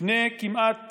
לפני כמעט